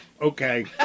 Okay